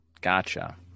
Gotcha